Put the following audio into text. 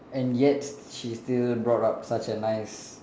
and yet she still brought up such a nice